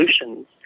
solutions